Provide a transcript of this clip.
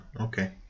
Okay